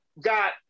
got